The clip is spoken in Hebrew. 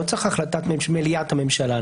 לא צריך החלטת מליאת הממשלה,